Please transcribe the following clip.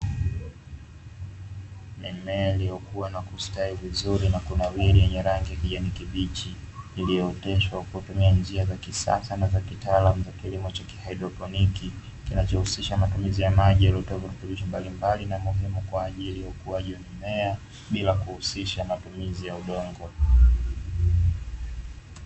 Mimea iliokua na kustawi vizuri na kunawiri yenye rangi ya kijani kibichi; iliyooteshwa kwa kutumiwa njia za kisasa na za kitaalamu za kilimo cha kihaidroponiki kinachohusisha matumizi ya maji yaliyotiwa virutubisho mbalimbali na muhimu kwaajili ya ukuaji wa mimea bila kuhusisha matumizi ya udongo.